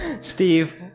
Steve